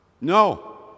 No